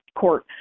court